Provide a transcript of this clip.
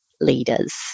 leaders